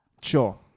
Sure